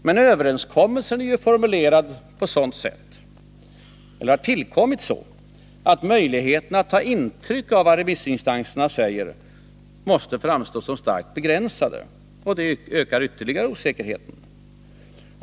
Men överenskommelsen är ju formulerad på ett sådant sätt — eller har tillkommit på sådant sätt — att möjligheterna att ta intryck av vad remissinstanserna säger måste framstå som starkt begränsade. Det ökar ytterligare osäkerheten.